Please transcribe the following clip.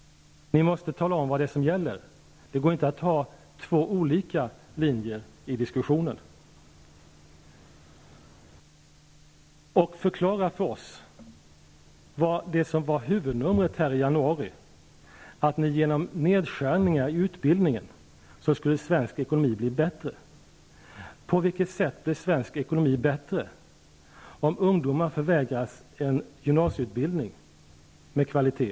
Ni måste tala om vad det är som gäller. Det går inte att ha två olika linjer i diskussionen. Förklara för oss det som var huvudnumret i januari, att svensk ekonomi genom nedskärningar i utbildningen skulle bli bättre. På vilket sätt blir svensk ekonomi bättre om ungdomar förvägras en gymnasieutbildning med kvalitet?